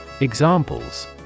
Examples